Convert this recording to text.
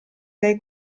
dai